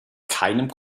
keinem